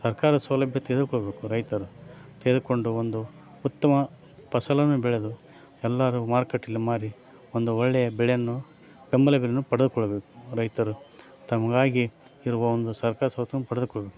ಸರ್ಕಾರದ ಸೌಲಭ್ಯ ತೆಗೆದುಕೊಳ್ಳಬೇಕು ರೈತರು ತೆಗೆದುಕೊಂಡು ಒಂದು ಉತ್ತಮ ಫಸಲನ್ನು ಬೆಳೆದು ಎಲ್ಲರು ಮಾರುಕಟ್ಟೇಲಿ ಮಾರಿ ಒಂದು ಒಳ್ಳೆಯ ಬೆಳೆಯನ್ನು ಬೆಂಬಲ ಬೆಲೆಯನ್ನು ಪಡೆದುಕೊಳ್ಬೇಕು ರೈತರು ತಮಗಾಗಿ ಇರುವ ಒಂದು ಸರ್ಕಾರದ ಸೌಲತ್ತನ್ನು ಪಡೆದುಕೊಳ್ಳಬೇಕು